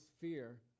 fear